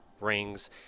rings